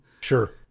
sure